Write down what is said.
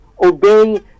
obeying